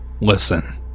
Listen